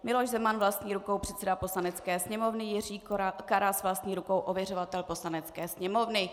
Miloš Zeman, vlastní rukou, předseda Poslanecké sněmovny, Jiří Karas, vlastní rukou, ověřovatel Poslanecké sněmovny.